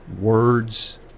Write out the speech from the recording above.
words